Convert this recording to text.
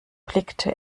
blickte